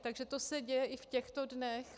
Takže to se děje i v těchto dnech.